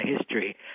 history